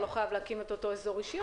אתה לא חייב להקים את אותו אזור אישי,